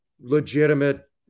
legitimate